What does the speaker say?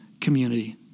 community